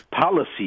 policy